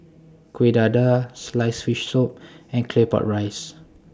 Kuih Dadar Sliced Fish Soup and Claypot Rice